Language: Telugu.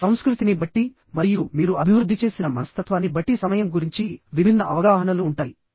సంస్కృతిని బట్టి మరియు మీరు అభివృద్ధి చేసిన మనస్తత్వాన్ని బట్టి సమయం గురించి విభిన్న అవగాహనలు ఉంటాయి